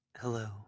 Hello